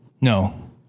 No